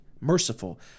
merciful